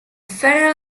federal